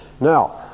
Now